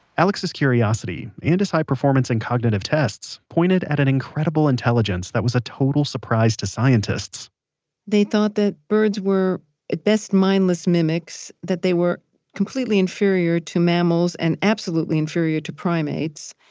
alex's curiosity and his high performance in cognitive tests pointed at an incredible intelligence that was a total surprise to scientists they thought that birds are at best mindless mimics, that they were completely inferior to mammals and absolutely inferior to primates.